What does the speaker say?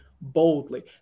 boldly